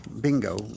bingo